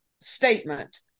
statement